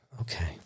Okay